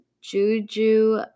juju